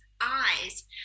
eyes